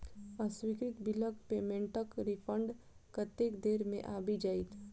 अस्वीकृत बिलक पेमेन्टक रिफन्ड कतेक देर मे आबि जाइत?